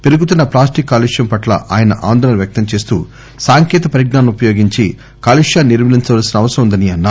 పెరుగుతున్న ప్లాస్టిక్ కాలుష్యం పట్ల ఆయన ఆందోళన వ్యక్తం చేస్తూ సాంకేతిక పరిజ్ఞానం ఉపయోగించి కాలుష్యాన్ని నిర్మూ లించవలసిన అవసరం ఉందని అన్నారు